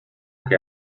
que